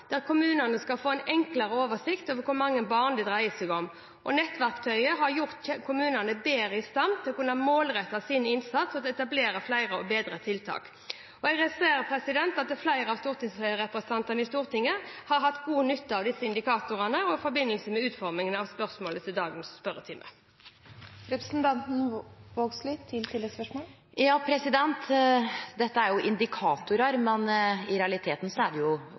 der kommunene skal få enklere oversikt over hvor mange barn det dreier seg om. Nettverktøyet har gjort kommunene bedre i stand til å kunne målrette innsatsen og etablere flere og bedre tiltak. Jeg ser at flere av representantene i Stortinget har hatt god nytte av disse indikatorene i forbindelse med utformingen av spørsmålene til dagens spørretime. Dette er jo indikatorar, men i realiteten er det ungar me snakkar om. Og det hjelper veldig lite for dei ungane som eg viser til, f.eks. i Telemark, at statsråden er